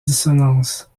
dissonances